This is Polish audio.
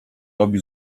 robi